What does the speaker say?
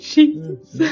Jesus